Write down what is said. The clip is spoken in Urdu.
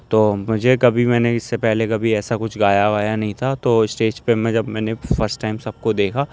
تو مجھے کبھی میں نے اس سے پہلے کبھی ایسا کچھ گایا وایا نہیں تھا تو اسٹیج پہ میں جب میں نے فسٹ ٹائم سب کو دیکھا